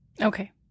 Okay